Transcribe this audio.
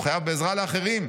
הוא חייב בעזרה לאחרים,